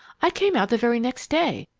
i came out the very next day,